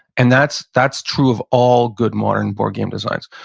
and that's that's true of all good, modern board game designs.